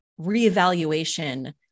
reevaluation